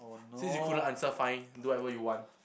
since you couldn't answer fine do whatever you want